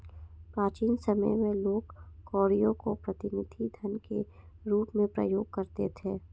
प्राचीन समय में लोग कौड़ियों को प्रतिनिधि धन के रूप में प्रयोग करते थे